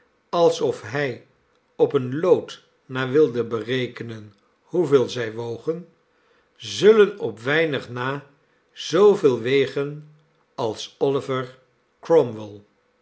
alsof hij op een lood na wilde berekenen hoeveel zij wogen zullen op weinig na zooveel wegen als olivier